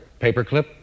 Paperclip